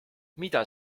mida